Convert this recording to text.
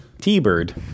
T-Bird